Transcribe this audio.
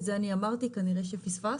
את זה אני אמרתי כנראה שפספסת.